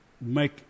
make